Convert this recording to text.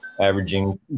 Averaging